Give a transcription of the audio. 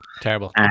Terrible